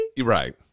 Right